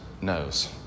knows